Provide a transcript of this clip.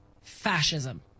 fascism